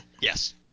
Yes